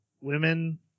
women